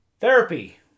Therapy